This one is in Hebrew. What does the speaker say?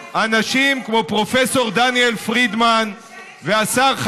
ואתם חושבים פה שהבית היהודי יעשה לכם ספין ואתם מחזירים לו,